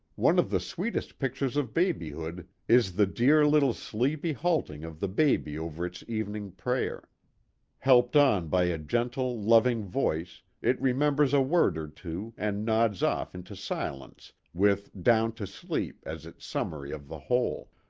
one of the sweetest pictures of babyhood is the dear little sleepy halting of the baby over its evening prayer helped on by a gentle loving voice, it remembers a word or two and nods off into silence with down to sleep as its summary of the whole.